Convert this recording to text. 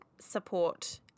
support